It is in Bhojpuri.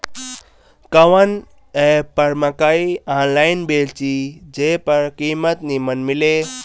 कवन एप पर मकई आनलाइन बेची जे पर कीमत नीमन मिले?